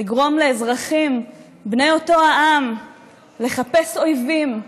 לגרום לאזרחים בני אותו העם לחפש אויבים,